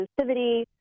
exclusivity